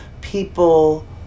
people